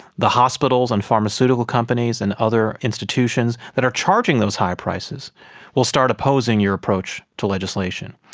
the hospitals and pharmaceutical companies and other institutions that are charging those high prices will start opposing your approach to legislation.